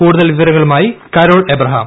കുടുതൽ വിവരങ്ങളുമായി കരോൾ അബ്രഹാം